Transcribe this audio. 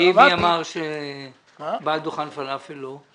מי אמר שבעל דוכן פלאפל לא בפנים?